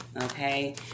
Okay